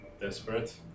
Desperate